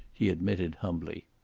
he admitted humbly.